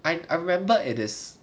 I I remember it is